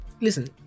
listen